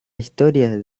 historia